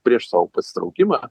prieš savo pasitraukimą